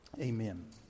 amen